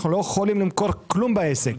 אנחנו לא יכולים למכור כלום בעסק.